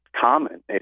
common